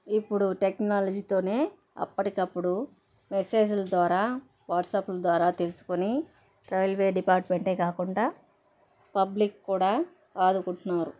ఇప్పుడు టెక్నాలజీతోనే అప్పటికప్పుడు మెసేజ్ల ద్వారా వాట్సాప్ల ద్వారా తెలుసుకొని రైల్వే డిపార్ట్మెంటే కాకుండా పబ్లిక్ కూడా ఆదుకుంటున్నారు